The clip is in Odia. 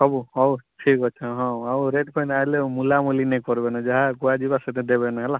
ସବୁ ହଉ ଠିକ୍ ଅଛି ହଁ ହଁ ଆଉ ରେଟ୍ କହିନେ ଆଇଲେ ମୂଲା ମୂଲି ନେଇଁ କରବେନା ଯାହା କୁହାଯିବ ସେଇଟା ଦେବେନା ହେଲା